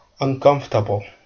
uncomfortable